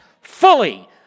fully